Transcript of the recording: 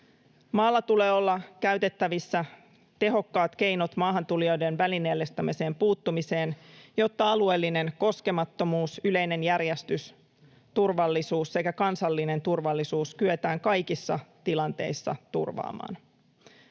Maalla tulee olla käytettävissä tehokkaat keinot maahantulijoiden välineellistämiseen puuttumiseen, jotta alueellinen koskemattomuus, yleinen järjestys ja turvallisuus sekä kansallinen turvallisuus kyetään kaikissa tilanteissa turvaamaan.